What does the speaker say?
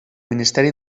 ministeri